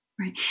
Right